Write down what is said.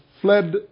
fled